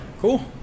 Cool